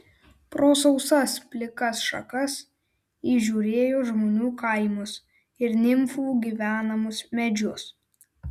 pro sausas pilkas šakas įžiūrėjo žmonių kaimus ir nimfų gyvenamus medžius